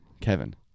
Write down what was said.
Kevin